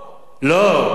לא.